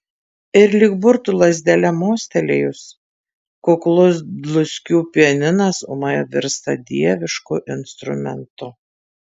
ir lyg burtų lazdele mostelėjus kuklus dluskių pianinas ūmai virsta dievišku instrumentu